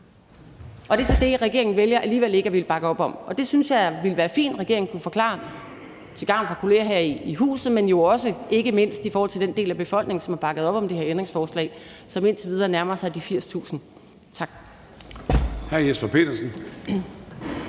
Det er så det, regeringen vælger alligevel ikke at ville bakke op om. Det synes jeg ville være fint regeringen kunne forklare til gavn for kolleger her i huset, men jo også og ikke mindst for den del af befolkningen, som har bakket op om de her ændringsforslag, og som indtil videre nærmer sig de 80.000. Tak.